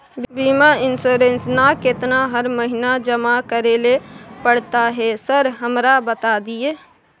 बीमा इन्सुरेंस ना केतना हर महीना जमा करैले पड़ता है सर हमरा बता दिय?